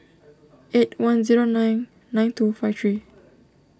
eight one zero nine nine two five three